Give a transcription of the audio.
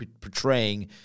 portraying